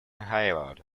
hayward